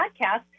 podcast